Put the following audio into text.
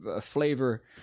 flavor